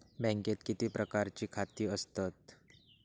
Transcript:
बँकेत किती प्रकारची खाती असतत?